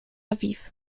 aviv